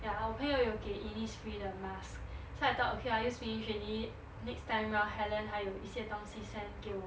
ya 我朋友有给 innisfree 的 mask so I thought okay I use finish already next time round helen 还有一些东西 send 给我